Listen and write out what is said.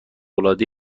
العاده